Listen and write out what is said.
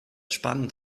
spannend